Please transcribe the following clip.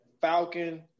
Falcon